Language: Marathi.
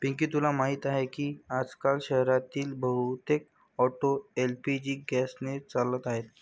पिंकी तुला माहीत आहे की आजकाल शहरातील बहुतेक ऑटो एल.पी.जी गॅसने चालत आहेत